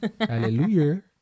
Hallelujah